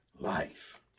life